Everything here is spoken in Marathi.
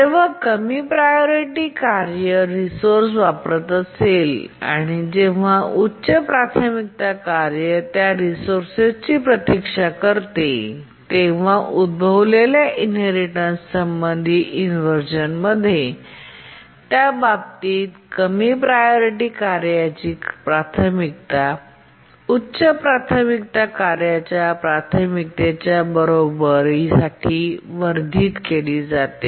जेव्हा कमी प्रायोरिटी कार्य रिसोर्स वापरत असेल आणि जेव्हा उच्च प्राथमिकता कार्य त्या रिसोर्सची प्रतीक्षा करते तेव्हा उद्भवलेल्या इनहेरिटेन्स संबंधित इन्व्हरझेनमध्ये आणि त्या बाबतीत कमी प्रायोरिटी कार्याची प्राथमिकता उच्च प्राथमिकता कार्याच्या प्राथमिकतेच्या बरोबरी साठी वर्धित केली जाते